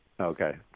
Okay